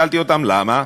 שאלתי אותם: למה?